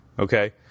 Okay